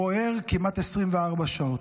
בוער כמעט 24 שעות.